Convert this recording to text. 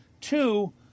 two